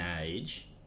age